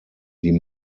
die